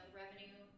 revenue